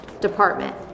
department